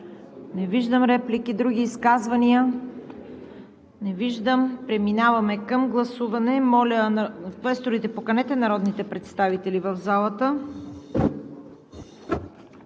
Не виждам. Други изказвания? Не виждам. Преминаваме към гласуване. Квесторите, моля, поканете народните представители в залата.